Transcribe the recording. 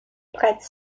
prêtent